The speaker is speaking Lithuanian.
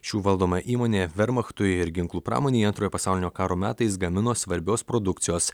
šių valdoma įmonė vermachtui ir ginklų pramonėje antrojo pasaulinio karo metais gamino svarbios produkcijos